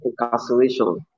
incarceration